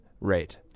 rate